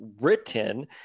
written